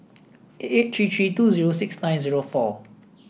eight eight three three two zero six nine zero four